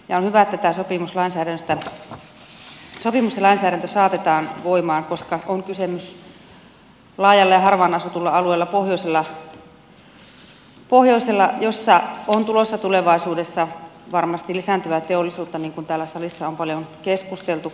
on hyvä että tämä sopimus ja lainsäädäntö saatetaan voimaan koska on kyse myös laajasta ja harvaan asutusta alueesta pohjoisessa jonne on tulossa tulevaisuudessa varmasti lisääntyvää teollisuutta niin kuin täällä salissa on paljon keskusteltu